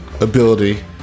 ability